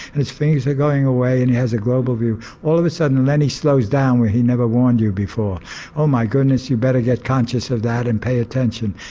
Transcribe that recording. and his fingers are going away and he has a global view. all of a sudden lenny slows down where he never warned you before oh my goodness, you'd better get conscious of that and pay attention.